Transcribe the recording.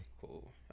Cool